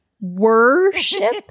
worship